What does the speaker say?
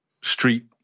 street